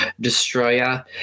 destroyer